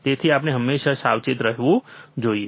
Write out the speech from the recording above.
તેથી આપણે હંમેશા સાવચેત રહેવું જોઈએ